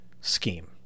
scheme